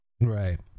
Right